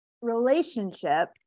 relationship